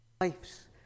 lives